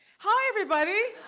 hi everybody.